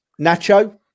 Nacho